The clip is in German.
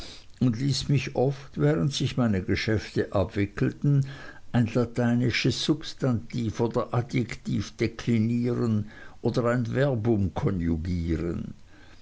und ließ mich oft während sich meine geschäfte abwickelten ein lateinisches substantiv oder adjektiv deklinieren oder ein verbum konjugieren